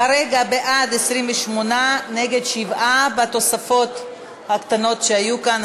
כרגע, בעד, 28, נגד, 7, והתוספות הקטנות שהיו כאן.